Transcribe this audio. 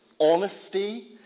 honesty